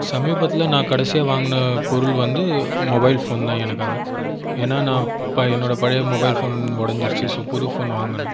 சமீபத்தில் நான் கடைசியாக வாங்கின பொருள் வந்து மொபைல் ஃபோன் தான் எனக்காக ஏன்னால் நான் என்னோடய பழைய மொபைல் ஃபோன் உடைஞ்சிடுச்சு ஸோ புது ஃபோன் வாங்கினேன்